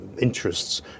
interests